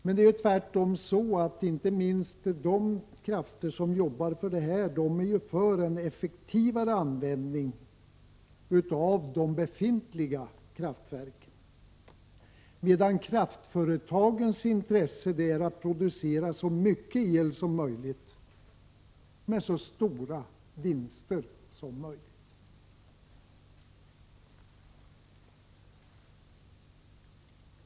Men det är tvärtom så att inte minst de krafter som jobbar för detta är för en effektivare användning av de befintliga kraftverken, medan kraftföretagens intresse är att producera så mycket el som möjligt med så stora vinster som möjligt.